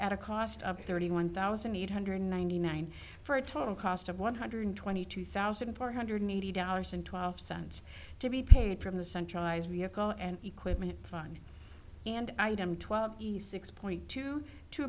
at a cost of thirty one thousand eight hundred ninety nine for a total cost of one hundred twenty two thousand four hundred eighty dollars and twelve cents to be paid from the centralized vehicle and equipment and item twelve e s six point two t